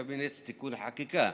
קמיניץ תיקון החקיקה,